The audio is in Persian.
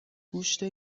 گوشت